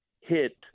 hit